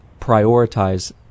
prioritize